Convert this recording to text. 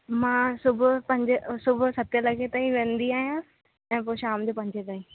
मां सुबुह जो पंजे सुबुह जो सते लॻे ताईं वेहंदी आहियां ऐं पोइ शाम जो पंजे ताईं